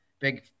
big